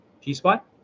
g-spot